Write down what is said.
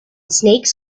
snakes